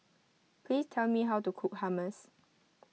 please tell me how to cook Hummus